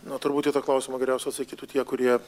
na turbūt į tą klausimą geriausiai atsakytų tie kurie